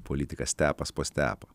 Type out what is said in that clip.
politikas stepas po stepo